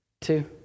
two